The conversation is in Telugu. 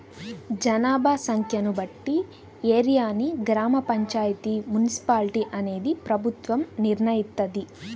జనాభా సంఖ్యను బట్టి ఏరియాని గ్రామ పంచాయితీ, మున్సిపాలిటీ అనేది ప్రభుత్వం నిర్ణయిత్తది